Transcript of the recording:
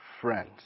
friends